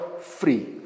free